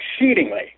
exceedingly